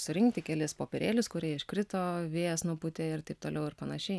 surinkti kelis popierėlius kurie iškrito vėjas nupūtė ir taip toliau ir panašiai